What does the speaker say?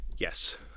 Yes